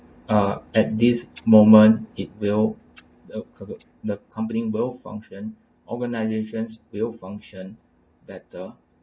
ah at this moment it will the cover~ the company will function organisations will function better